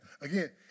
Again